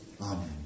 Amen